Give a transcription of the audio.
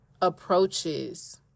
approaches